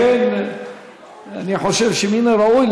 לכן אני חושב שמן הראוי,